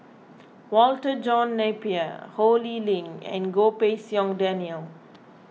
Walter John Napier Ho Lee Ling and Goh Pei Siong Daniel